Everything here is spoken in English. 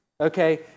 okay